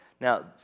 Now